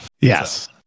Yes